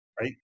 right